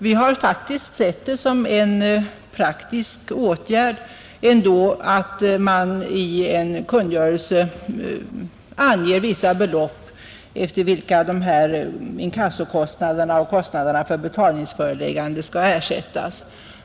Vi har sett det som en praktisk åtgärd att man i en kungörelse anger vissa belopp efter vilka inkassokostnaderna och kostnaderna för betalningsföreläggande skall ersättas.